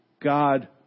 God